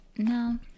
No